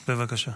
בבקשה.